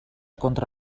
contra